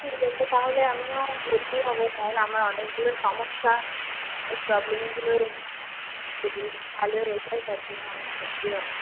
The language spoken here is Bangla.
ঠিক আছে তাহলে আমিও ভর্তি হবো কারণ আমার অনেকগুলো সমস্যা এই প্রবলেমগুলো যদি ভালো হয়ে যায় তার জন্য আমি ভর্তি হবো